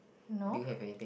no